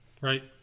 right